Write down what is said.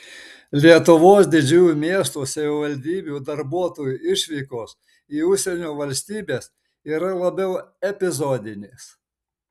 lietuvos didžiųjų miestų savivaldybių darbuotojų išvykos į užsienio valstybes yra labiau epizodinės